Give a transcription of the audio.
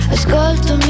Ascolto